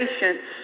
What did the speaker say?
patience